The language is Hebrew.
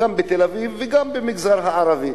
גם בתל-אביב וגם במגזר הערבי.